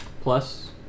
Plus